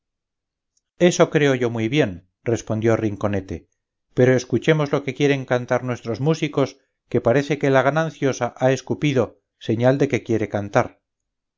eso creo yo muy bien respondió rinconete pero escuchemos lo que quieren cantar nuestros músicos que parece que la gananciosa ha escupido señal de que quiere cantar